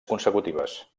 consecutives